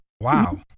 Wow